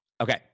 Okay